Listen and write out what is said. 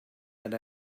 and